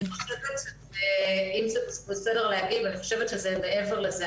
אני חושבת שאולי זה מעבר לזה.